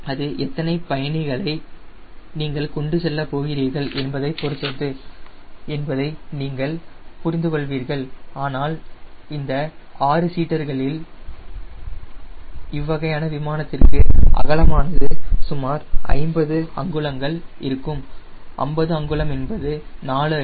அது எத்தனை பயணிகளை நீங்கள் கொண்டு செல்லப் போகிறீர்கள் என்பதை பொறுத்தது என்பதை நீங்கள் நன்கு புரிந்து கொள்வீர்கள் ஆனால் இந்த 6 சீட்டர்களில் இவ்வகையான விமானத்திற்கு அகலமானது சுமார் 50 அங்குலங்கள் இருக்கும் 50 அங்குலங்கள் என்பது 4அடி